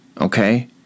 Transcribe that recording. okay